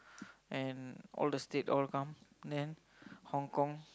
and all the state all come then Hong-Kong